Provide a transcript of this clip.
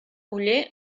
oller